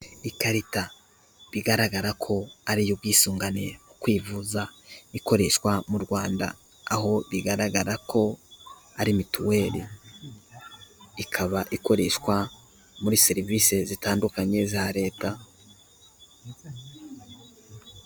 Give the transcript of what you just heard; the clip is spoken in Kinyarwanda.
Ikarita bigaragara ko ari iy'ubwisungane mu kwivuza, ikoreshwa mu Rwanda. Aho bigaragara ko ari mituweri. Ikaba ikoreshwa muri serivisi zitandukanye za leta.